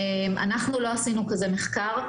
אנחנו לא עשינו כזה מחקר.